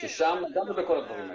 כי שם נגענו בכל הדברים האלה.